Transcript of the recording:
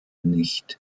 nicht